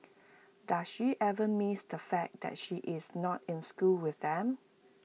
does she ever miss the fact that she is not in school with them